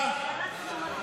כבוד היושב-ראש,